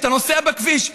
כשאתה נוסע בכביש,